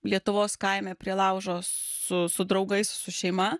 lietuvos kaime prie laužo su su draugais su šeima